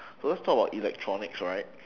so let's talk about electronics right